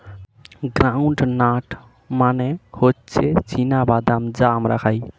ground nut মানে হচ্ছে চীনা বাদাম যা আমরা খাই